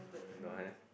no have